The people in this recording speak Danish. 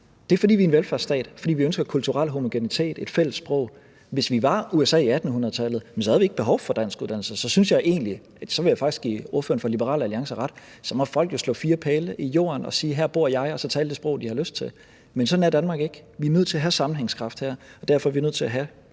Det er, fordi vi er en velfærdsstat, fordi vi ønsker kulturel homogenitet, et fælles sprog. Hvis vi var USA i 1800-tallet, havde vi ikke behov for danskuddannelse, og så vil jeg faktisk give ordføreren for Liberal Alliance ret. For så måtte folk jo slå fire pæle i jorden og sige, at her bor de, og så tale det sprog, de har lyst til. Men sådan er Danmark ikke. Vi er nødt til at have sammenhængskraft her, og derfor er vi nødt til, synes